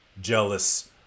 jealous